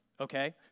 okay